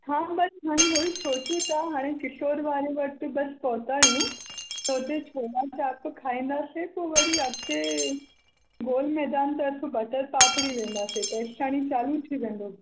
हा बस हाणे उहो ई सोचूं था हाणे किशोर वारे वटि बस पहुता आहियूं त हुते छोला चाप खाईंदासे पोइ वरी अॻिते गोल मैदान तरफ़ बटर पापड़ी वेंदासे तेसि ताणी चालू थी वेंदो